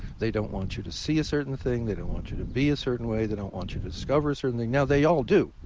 they don't want you to see a certain thing. they don't want you to be a certain way. they don't want you to discover a certain thing. now, they all do,